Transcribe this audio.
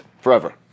forever